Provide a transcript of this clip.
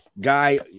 guy